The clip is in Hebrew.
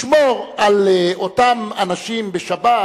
לשמור על אותם אנשים בשבת,